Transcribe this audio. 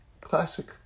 classic